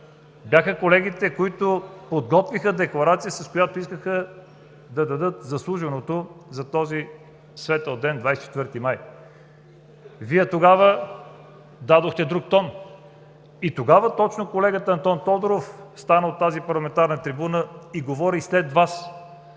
бяха колегите, които подготвиха декларация, с която искаха да отдадат заслуженото на този светъл ден – 24 май. Тогава Вие дадохте друг тон. Тогава точно колегата Антон Тодоров стана от тази парламентарна трибуна и говори след Вас.